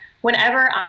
whenever